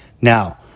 Now